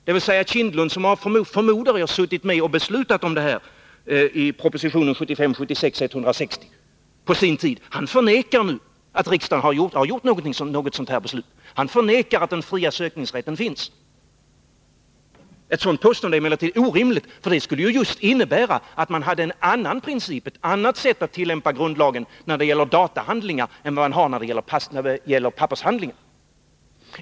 Bengt Kindbom som jag förmodar har varit med om att ta ställning till proposition 1975/76:160 förnekar nu att riksdagen har fattat något sådant beslut. Han förnekar att den fria sökningsrätten finns. Ett sådant påstående är emellertid orimligt, ty det skulle innebära att man hade en annan princip och ett annat sätt att tillämpa grundlagen när det gäller datahandlingar än man har när det gäller pappershandlingar.